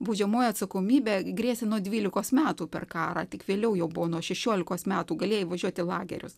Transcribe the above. baudžiamoji atsakomybė grėsė nuo dvylikos metų per karą tik vėliau jau buvo nuo šešiolikos metų galėjai važiuot į lagerius